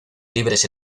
libres